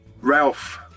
Ralph